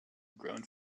grown